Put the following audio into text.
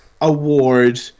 award